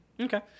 Okay